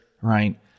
Right